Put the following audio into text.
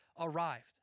arrived